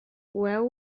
coeu